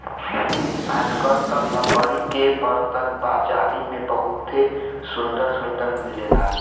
आजकल त लकड़ी के बरतन बाजारी में बहुते सुंदर सुंदर मिलेला